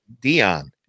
Dion